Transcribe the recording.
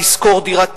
תשכור דירה,